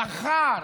מחר,